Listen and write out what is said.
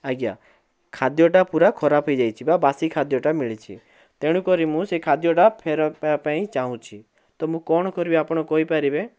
ଆଜ୍ଞା ଖାଦ୍ୟଟା ପୂରା ଖରାପ ହେଇଯାଇଛି ବା ବାସୀ ଖାଦ୍ୟଟା ମିଳିଛି ତେଣୁ କରି ମୁଁ ସେଇ ଖାଦ୍ୟଟା ଫେରା ଫେରାଇବା ପାଇଁ ଚାହୁଁଛି ତ ମୁଁ କଣ କରିବି ଆପଣ କହିପାରିବେ